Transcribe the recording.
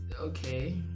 okay